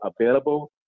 available